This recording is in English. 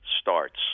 starts